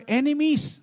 enemies